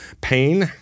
pain